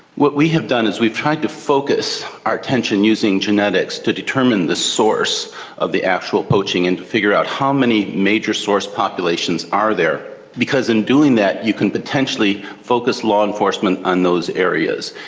what we have done is we've tried to focus our attention using genetics to determine the source of the actual poaching and to figure out how many major source populations are there, because in doing that you can potentially focus law enforcement on those areas,